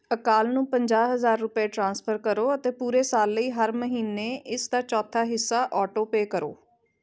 ਅਕਾਲ ਨੂੰ ਪੰਜਾਹ ਹਜ਼ਾਰ ਰੁਪਏ ਟ੍ਰਾਂਸਫਰ ਕਰੋ ਅਤੇ ਪੂਰੇ ਸਾਲ ਲਈ ਹਰ ਮਹੀਨੇ ਇਸ ਦਾ ਚੌਥਾ ਹਿੱਸਾ ਆਟੋਪੇਅ ਕਰੋ